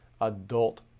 adult